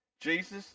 jesus